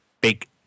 big